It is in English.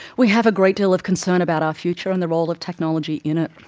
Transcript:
we have a great deal of concern about our future and the role of technology in it.